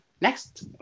next